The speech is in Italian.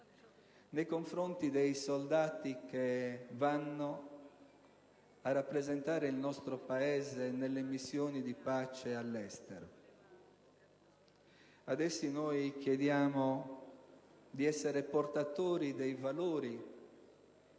nei confronti dei soldati che vanno a rappresentare il nostro Paese nelle missioni di pace all'estero. Ad essi noi chiediamo di essere portatori dei valori